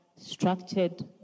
structured